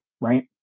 right